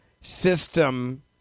system